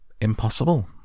Impossible